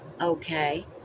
Okay